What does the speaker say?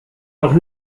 noch